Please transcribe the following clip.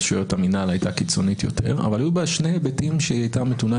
כוח מוחלט בהיבטים מסוימים.